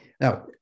Now